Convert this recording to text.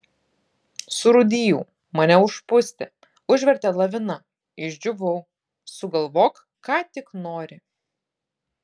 surūdijau mane užpustė užvertė lavina išdžiūvau sugalvok ką tik nori